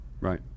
Right